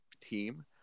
team